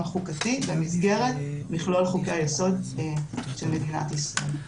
חוקתי במסגרת מכלול חוקי-היסוד של מדינת ישראל.